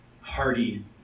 hearty